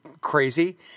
crazy